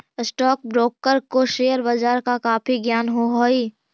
stock broker को share बाजार का काफी ज्ञान हो हई